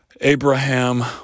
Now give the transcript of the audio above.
Abraham